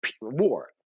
war